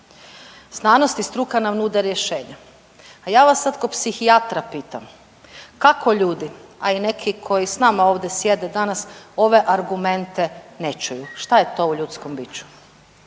Znanost i struka nam nude rješenja, a ja vas sad ko psihijatra pitam, kako ljudi, a i neki koji s nama ovdje sjede danas ove argumente ne čuju, šta je to u ljudskom biću?